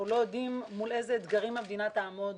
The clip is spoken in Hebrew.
אנחנו לא יודעים מול איזה אתגרים המדינה תעמוד